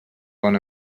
bon